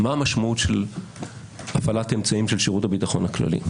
מה המשמעות של הפעלת אמצעים של שירות הביטחון הכללי.